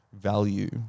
value